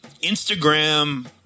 Instagram